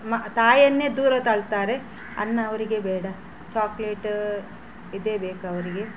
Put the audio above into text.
ಮ ತಾಯಿಯನ್ನೇ ದೂರ ತಳ್ತಾರೆ ಅನ್ನ ಅವರಿಗೆ ಬೇಡ ಚಾಕ್ಲೇಟು ಇದೇ ಬೇಕು ಅವರಿಗೆ